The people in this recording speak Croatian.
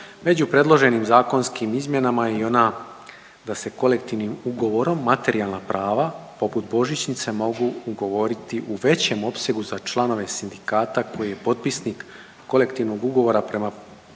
Među predloženim zakonskim izmjenama je i ona da se kolektivnim ugovorom materijalna prava poput božićnice mogu ugovoriti u većem opsegu za članove sindikata koji je potpisnik kolektivnog ugovora,